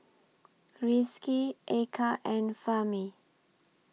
Rizqi Eka and Fahmi